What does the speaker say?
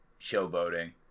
showboating